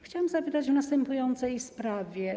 Chciałabym zapytać w następującej sprawie.